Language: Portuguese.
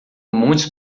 muitos